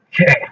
Okay